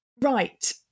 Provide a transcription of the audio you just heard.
Right